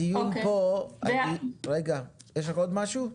הדיון פה, רגע, יש לך עוד משהו?